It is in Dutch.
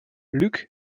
luuk